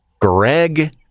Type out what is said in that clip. Greg